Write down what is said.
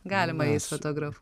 galima jais fotografuot